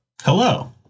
Hello